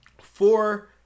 four